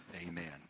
amen